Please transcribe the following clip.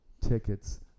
tickets